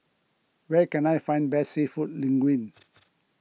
where can I find best Seafood Linguine